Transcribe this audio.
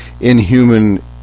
inhuman